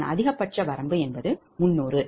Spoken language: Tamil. அதன் அதிகபட்ச வரம்பு 300